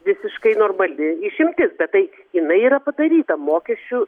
visiškai normali išimtis tai jinai yra padaryta mokesčių